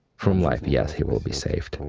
from life, yes, he will be saved. and